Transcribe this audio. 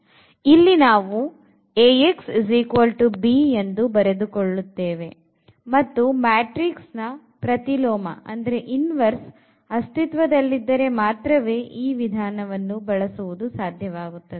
ಇಲ್ಲಿ ನಾವು Ax b ಎಂದು ಬರೆದುಕೊಳ್ಳುತ್ತೇನೆ ಮತ್ತು ಮ್ಯಾಟ್ರಿಕ್ಸ್ ನ ಪ್ರತಿಲೋಮ ಅಸ್ತಿತ್ವದಲ್ಲಿದ್ದರೆ ಮಾತ್ರವೇ ಈ ವಿಧಾನವನ್ನು ಬಳಸುವುದು ಸಾಧ್ಯವಾಗುತ್ತದೆ